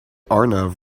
arnav